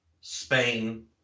Spain